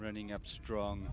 running up strong